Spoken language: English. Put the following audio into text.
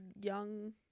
Young